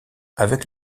avec